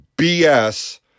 BS